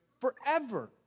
forever